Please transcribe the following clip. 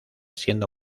siendo